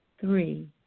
Three